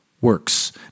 works